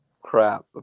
crap